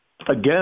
Again